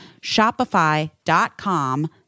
shopify.com